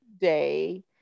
day